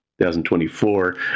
2024